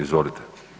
Izvolite.